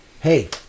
Hey